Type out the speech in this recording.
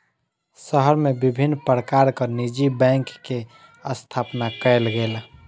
शहर मे विभिन्न प्रकारक निजी बैंक के स्थापना कयल गेल